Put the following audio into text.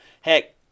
Heck